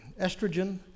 estrogen